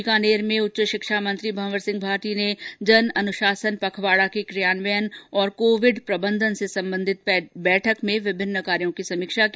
बीकानेर में उच्च शिक्षा मंत्री भंवर सिंह भाटी ने जन अनुशासन पखवाड़ा के क्रियान्वयन और कोविड प्रबंधन से संबंधित बैठक में विभिन्न कार्यो की समीक्षा की